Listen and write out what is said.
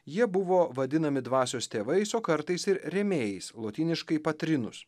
jie buvo vadinami dvasios tėvais o kartais ir rėmėjais lotyniškai patrinus